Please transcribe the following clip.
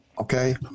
Okay